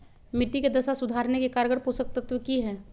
मिट्टी के दशा सुधारे के कारगर पोषक तत्व की है?